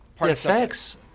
effects